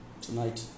tonight